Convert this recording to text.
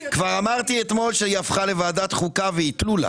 אמרתי אתמול שוועדת החוקה הפכה לוועדת חוכא ואטלולא